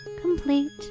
complete